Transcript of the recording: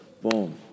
boom